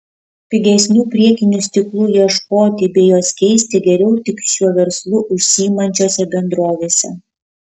pigesnių priekinių stiklų ieškoti bei juos keisti geriau tik šiuo verslu užsiimančiose bendrovėse